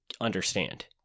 understand